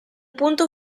punto